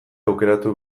aukeratu